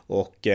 och